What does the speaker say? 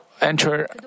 enter